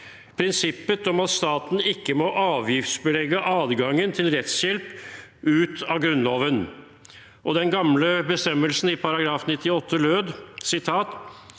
prinsippet om at staten ikke må avgiftsbelegge adgangen til rettshjelp, ut av Grunnloven. Den gamle bestemmelsen i § 98 lød: